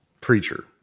Preacher